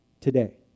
today